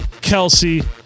Kelsey